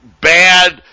bad